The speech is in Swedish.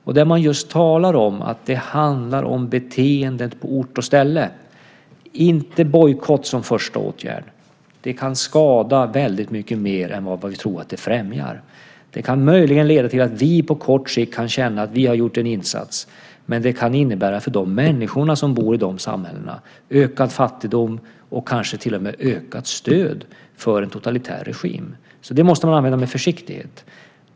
Man talade just om att det handlar om beteendet på ort och ställe, inte bojkott som första åtgärd. Det kan skada väldigt mycket mer än vad vi tror att det främjar. Det kan möjligen leda till att vi på kort sikt kan känna att vi har gjort en insats, men det kan för de människor som bor i de samhällena innebära ökad fattigdom och kanske till och med ökat stöd för en totalitär regim. Så det måste man använda med försiktighet.